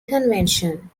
convention